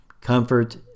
comfort